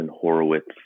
Horowitz